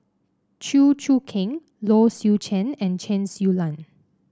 Chew Choo Keng Low Swee Chen and Chen Su Lan